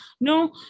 No